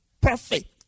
perfect